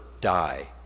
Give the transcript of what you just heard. die